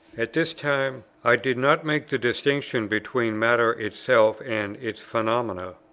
at this time i did not make the distinction between matter itself and its phenomena,